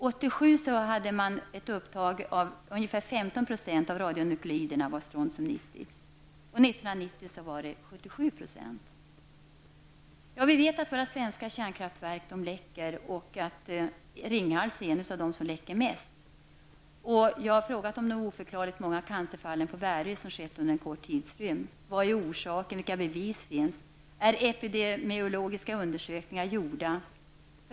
1987 var upptaget av strontium 90 ungefär 15 % av radionukleiderna. 1990 var det Vi vet att våra svenska kärnkraftverk läcker och att Ringhals är det som läcker mest. Jag har frågat om de oförklarligt många ccncerfallen på Värö som har skett under en kort tidsrymd. Vad är orsaken? Vilka bevis finns? Är epidemiologiska undersökningar gjorda?